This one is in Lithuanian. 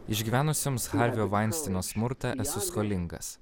išgyvenusioms harvio veinsteino smurtą esu skolingas